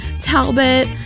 Talbot